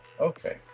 Okay